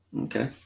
Okay